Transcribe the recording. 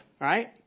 right